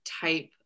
type